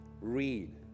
read